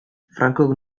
francok